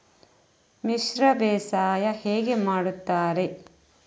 ಮಿಶ್ರ ಬೇಸಾಯ ಹೇಗೆ ಮಾಡುತ್ತಾರೆ?